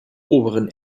oberen